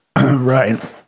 Right